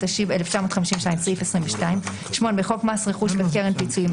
התשי"ב-1952 - סעיף 22. בחוק מס רכוש וקרן פיצויים,